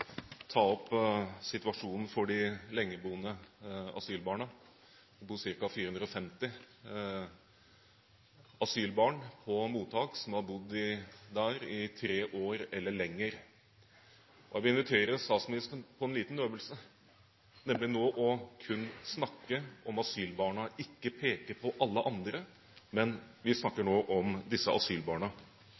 ta opp situasjonen for de lengeboende asylbarna. Det bor ca 450 asylbarn på mottak som har bodd der i tre år eller lenger. Jeg vil invitere statsministeren på en liten øvelse – nemlig nå kun å snakke om asylbarna, ikke peke på alle andre, men at vi nå snakker om disse asylbarna.